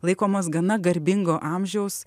laikomas gana garbingo amžiaus